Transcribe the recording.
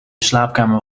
slaapkamer